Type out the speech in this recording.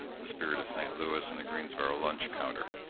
the spirit of st. louis and the greensboro lunch counter.